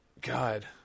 God